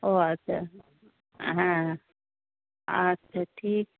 ও আচ্ছা হ্যাঁ আচ্ছা ঠিক